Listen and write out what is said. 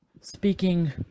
speaking